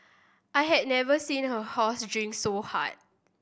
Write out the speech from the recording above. I had never seen a horse drink so hard